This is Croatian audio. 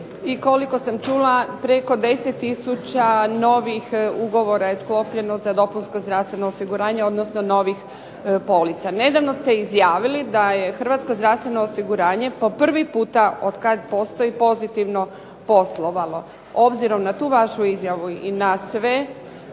i koliko sam čula preko 10 tisuća novih ugovora je sklopljeno za dopunsko zdravstveno osiguranje odnosno novih polica. Nedavno ste izjavili da je Hrvatsko zdravstveno osiguranje od kada postoji prvi puta pozitivno poslovalo. Obzirom na tu vašu izjavu i na sve